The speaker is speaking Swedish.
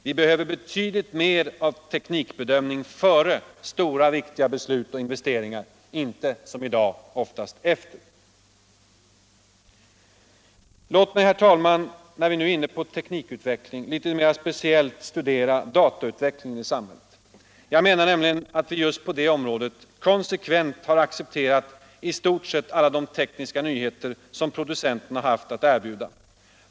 Vi behöver mycket mer av teknikbedömning före stora och viktiga beslut — inte som i dag oftast efter. Låt mig, herr talman. när vi nu är inne på teknikutveckling litet mera speciellt studera datautvecklingen i samhället! Jag menar nämligen att vi just på detta område konsekvent har accepterat i stort sett alla de tekniska nyheter producenterna haft att erbjuda.